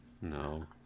No